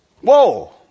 Whoa